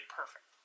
perfect